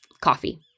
Coffee